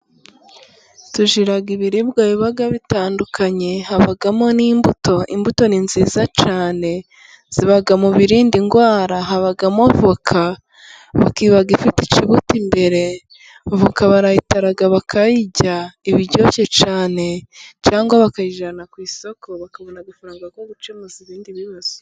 Tujyira ibiribwa bibaga bitandukanye habamo n'imbuto, imbuto ni nziza cyane ziba mu birinda indwara habamo voka ikaba ifite ikibuto imbere, voka barayitara bakayirya, iba iryoshye cyane cyangwa bakayijyana ku isoko bakabona amafaranga yo gucuza ibindi bibazo.